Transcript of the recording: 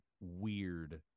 weird